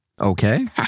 okay